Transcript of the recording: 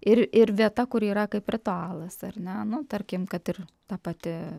ir ir vieta kuri yra kaip ritualas ar ne nu tarkim kad ir ta pati